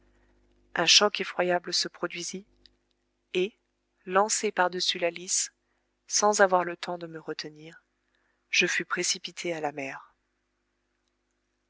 un choc effroyable se produisit et lancé par-dessus la lisse sans avoir le temps de me retenir je fus précipité à la mer